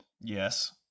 Yes